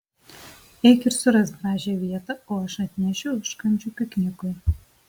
eik ir surask gražią vietą o aš atnešiu užkandžių piknikui